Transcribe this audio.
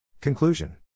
Conclusion